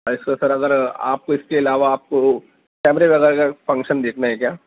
ایسے سر اگر آپ کو اس کے علاوہ آپ کو کیمرے وغیرہ کا فنکشن دیکھنا ہے کیا